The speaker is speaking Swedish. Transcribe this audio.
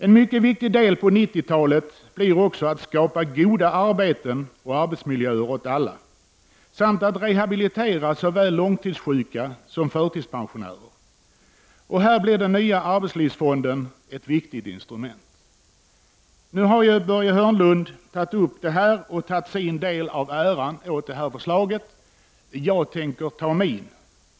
En mycket viktig del på 90-talet blir också att skapa goda arbeten och arbetsmiljöer åt alla, samt att rehabilitera såväl långtidssjuka som förtidspensionärer. Här blir den nya arbetslivsfonden ett viktigt instrument. Nu har ju Börje Hörnlund tagit upp denna fråga och tagit åt sig en del av äran för förslaget. Jag tänker ta åt mig min.